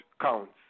counts